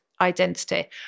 identity